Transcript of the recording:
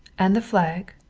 and the flag,